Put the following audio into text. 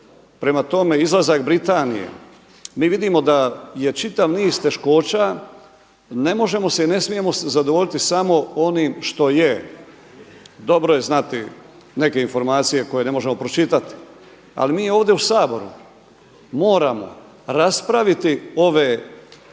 prema tome, izlazak Britanije. Mi vidimo da je čitav niz teškoća. Ne možemo se i ne smijemo zadovoljiti samo onim što je. Dobro je znati neke informacije koje ne možemo pročitati. Ali mi ovdje u Saboru moramo raspraviti ove